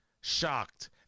shocked